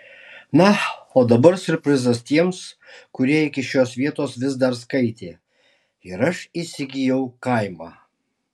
na o dabar siurprizas tiems kurie iki šios vietos vis dar skaitė ir aš įsigijau kaimą